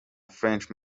french